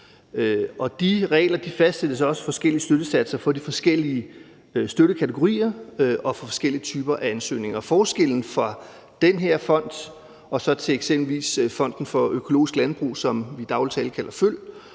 de regler fastsætter også forskellige støttesatser for de forskellige støttekategorier og for forskellige typer ansøgninger. Forskellen fra den her fond og så til eksempelvis Fonden for økologisk landbrug, som i daglig tale kaldes FØL,